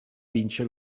vince